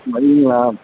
மதியங்களா